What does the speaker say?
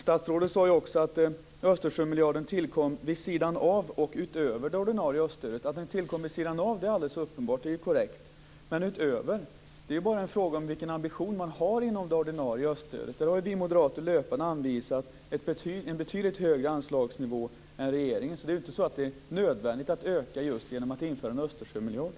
Statsrådet sade också att Östersjömiljarden tillkom vid sidan av och utöver det ordinarie öststödet. Att den tillkom vid sidan av är helt uppenbart - det är korrekt - men utöver? Det är bara en fråga om vilken ambition man har inom det ordinarie öststödet. Vi moderater har där löpande anvisat en betydligt högre anslagsnivå än regeringen. Det är alltså inte nödvändigt att öka det just genom att införa en Östersjömiljard.